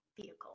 vehicle